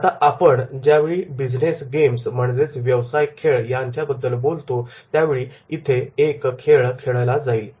आता ज्यावेळी आपण बिजनेस गेम्स व्यवसाय खेळ बद्दल बोलतो त्यावेळी इथे एक खेळ खेळला जाईल